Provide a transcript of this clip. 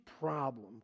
problem